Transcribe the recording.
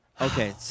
Okay